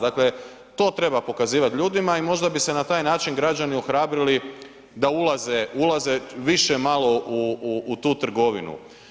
Dakle, to treba pokazivati ljudima i možda bi se na taj način građani ohrabrili da ulaze više malo u tu trgovinu.